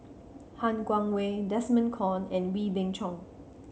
Han Guangwei Desmond Kon and Wee Beng Chong